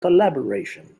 collaboration